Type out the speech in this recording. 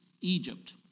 Egypt